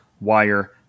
Wire